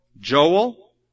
Joel